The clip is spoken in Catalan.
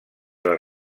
les